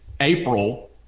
April